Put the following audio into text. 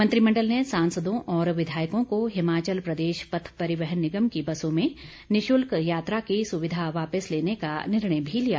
मंत्रिमंडल ने सांसदों और विधायकों को हिमाचल प्रदेश पथ परिवहन निगम की बसों में निशुल्क यात्रा की सुविधा वापस लेने का निर्णय भी लिया